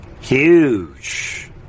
Huge